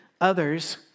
Others